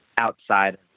outside